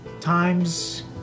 times